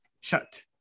Shut